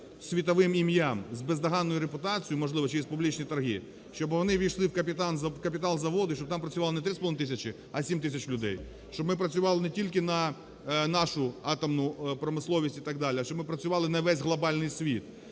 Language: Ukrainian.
світовим ім'ям, з бездоганною репутацією, можливо, через публічні торги, щоби вони увійшли в капітал заводу і щоб там працювало не 3,5 тисячі, а 7 тисяч людей. Щоб ми працювали не тільки на нашу атомну промисловість і так далі, а щоб ми працювали на весь глобальний світ.